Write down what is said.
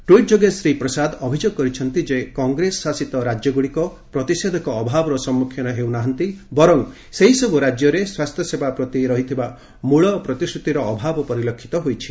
tweet ଯୋଗେ ଶ୍ରୀ ପ୍ରସାଦ ଅଭିଯୋଗ କରିଛନ୍ତି ଯେ କଂଗ୍ରେସ ଶାସିତ ରାଜ୍ୟଗ୍ରଡିକ ପ୍ରତିଷେଧକ ଅଭାବର ସମ୍ପଖୀନ ହେଉନାହାନ୍ତି ବର୍ଚ ସେହିସବ୍ଧ ରାଜ୍ୟରେ ସ୍ପାସ୍ଥ୍ୟ ସେବା ପ୍ରତି ରହିଥିବା ମୂଳ ପ୍ରତିଶ୍ରତିର ଅଭାବ ପରିଲକ୍ଷିତ ହୋଇଛି